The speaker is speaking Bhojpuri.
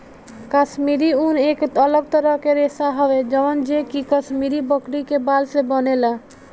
काश्मीरी ऊन एक अलग तरह के रेशा हवे जवन जे कि काश्मीरी बकरी के बाल से बनेला